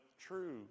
true